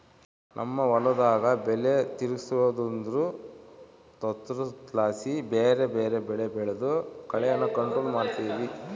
ನಮ್ ಹೊಲುದಾಗ ಬೆಲೆ ತಿರುಗ್ಸೋದ್ರುದು ತಂತ್ರುದ್ಲಾಸಿ ಬ್ಯಾರೆ ಬ್ಯಾರೆ ಬೆಳೆ ಬೆಳ್ದು ಕಳೇನ ಕಂಟ್ರೋಲ್ ಮಾಡ್ತಿವಿ